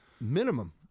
minimum